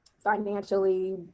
financially